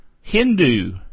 Hindu